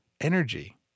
energy